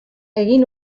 egin